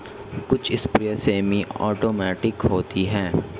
कुछ sprayer semi automatic होते हैं